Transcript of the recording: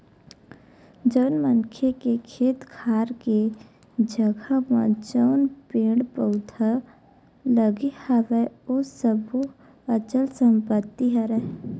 जउन मनखे के खेत खार के जघा म जउन पेड़ पउधा लगे हवय ओ सब्बो अचल संपत्ति हरय